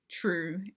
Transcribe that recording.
true